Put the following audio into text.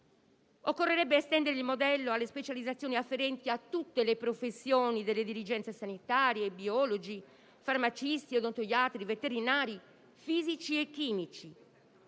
Occorrerebbe estendere il modello alle specializzazioni afferenti a tutte le professioni delle dirigenze sanitarie, biologi, farmacisti, odontoiatri, veterinari, fisici e chimici.